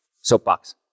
soapbox